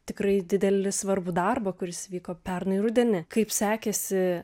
tikrai didelį svarbų darbą kuris vyko pernai rudenį kaip sekėsi